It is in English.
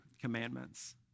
commandments